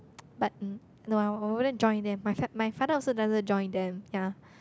but no I I I wouldn't join them my fath~ my father also doesn't join them ya